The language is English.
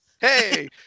Hey